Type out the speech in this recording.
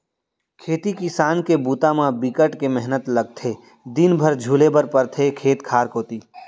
खेती किसान के बूता म बिकट के मेहनत लगथे दिन भर झुले बर परथे खेत खार कोती